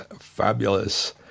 fabulous